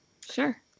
Sure